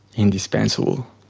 indispensible.